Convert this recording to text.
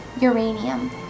uranium